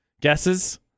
Guesses